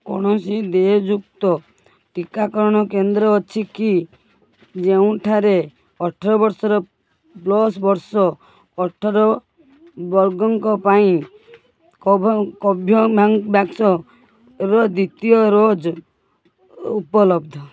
କୌଣସି ଦେୟଯୁକ୍ତ ଟିକାକରଣ କେନ୍ଦ୍ର ଅଛି କି ଯେଉଁଠାରେ ଅଠର ବର୍ଷର ପ୍ଲସ ବର୍ଷ ଅଠର ବର୍ଗଙ୍କ ପାଇଁ କୋଭ କୋଭୋଭ୍ୟାକ୍ସର ଦ୍ୱିତୀୟ ଡୋଜ୍ ଉପଲବ୍ଧ